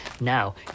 Now